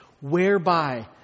whereby